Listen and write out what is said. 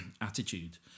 attitude